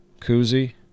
Koozie